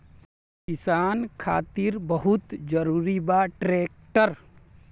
किसान खातिर बहुत जरूरी बा ट्रैक्टर